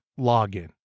login